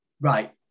Right